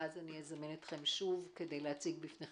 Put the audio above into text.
ואז אזמן אתכם שוב כדי להציג אותן בפניכם.